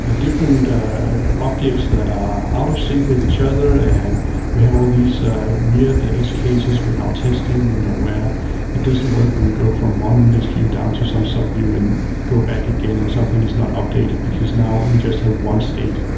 ah different objects that are out of sync with each other, and we have all these weird edge cases with our testing you know where it doesn't work when we go from one list view down to some sub-view and go back again and something is not updated, because now we just have one state.